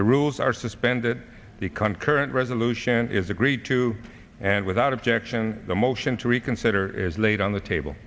the rules are suspended become current resolution is agreed to and without objection the motion reconsider is laid on the table